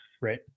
right